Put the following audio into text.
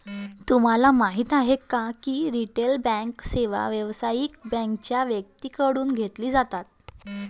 तुम्हाला माहिती आहे का की रिटेल बँकिंग सेवा व्यावसायिक बँकांच्या व्यक्तींकडून घेतली जातात